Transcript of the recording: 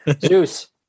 Juice